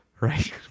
Right